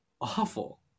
awful